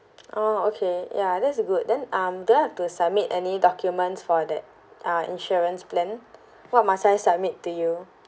oh okay ya that's a good then um do I have to submit any documents for that ah insurance plan what must I submit to you